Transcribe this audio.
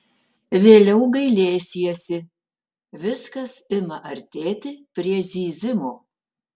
vėliau gailėsiesi viskas ima artėti prie zyzimo